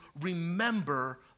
remember